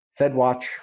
FedWatch